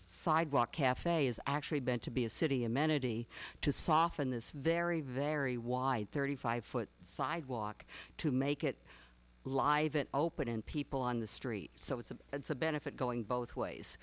sidewalk cafe is actually bent to be a city amenity to soften this very very wide thirty five foot sidewalk to make it live an open and people on the street so it's a it's a benefit going both ways